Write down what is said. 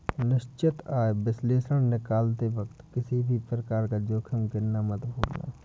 निश्चित आय विश्लेषण निकालते वक्त किसी भी प्रकार का जोखिम गिनना मत भूलना